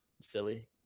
silly